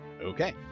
Okay